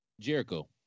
Jericho